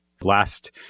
Last